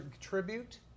tribute